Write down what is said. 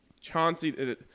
Chauncey